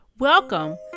Welcome